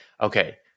okay